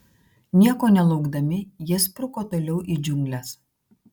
nieko nelaukdami jie spruko toliau į džiungles